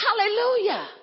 hallelujah